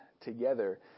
together